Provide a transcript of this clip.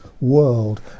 world